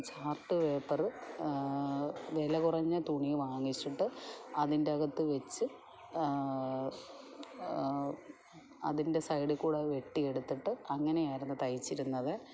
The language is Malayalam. ചാർട്ട് പേപ്പറ് വില കുറഞ്ഞ തുണി വാങ്ങിച്ചിട്ട് അതിൻ്റകത്ത് വെച്ച് അതിൻ്റെ സൈഡീക്കൂടെ വെട്ടിയെടുത്തിട്ട് അങ്ങനെയായിരുന്നു തയ്ച്ചിരുന്നത്